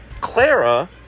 Clara